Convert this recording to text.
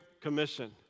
commission